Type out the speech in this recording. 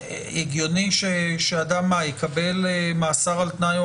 האם הגיוני שאדם יקבל מאסר על תנאי או